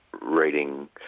reading